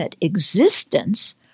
existence